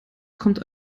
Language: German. kommt